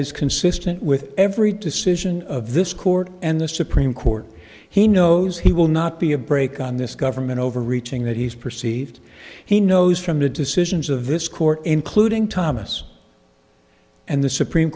is consistent with every decision of this court and the supreme court he knows he will not be a brake on this government overreaching that he's perceived he knows from the decisions of this court including thomas and the supreme